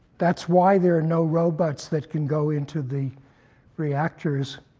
that's why there are no robots that can go into the reactors